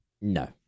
No